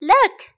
Look